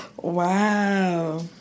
wow